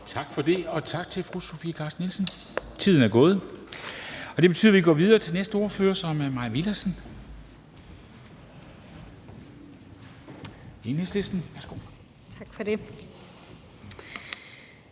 Tak for det. Tak til fru Sofie Carsten Nielsen. Tiden er gået, og det betyder, at vi går videre til den næste ordfører, som er Mai Villadsen, Enhedslisten. Værsgo. Kl.